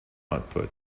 output